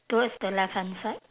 towards the left hand side